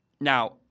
Now